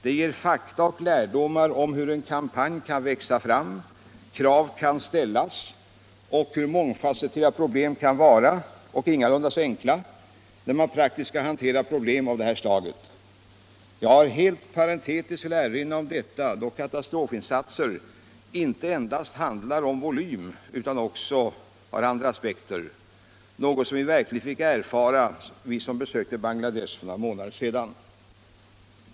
Det ger fakta och lärdomar om hur en kampanj kan växa fram och krav kan ställas och hur mångfasetterade problemen kan vara — och ingalunda så enkla = när man praktiskt skall hantera frågor av deta slag. Jag har helt parentetiskt velat erinra om detta, då katastrofinsatser inte endast handlar om volym utan också har andra aspekter - något som vi verkligen fick erfara som besökte Bangladesh för några månader sedan.